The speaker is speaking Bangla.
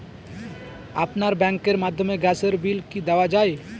আপনার ব্যাংকের মাধ্যমে গ্যাসের বিল কি দেওয়া য়ায়?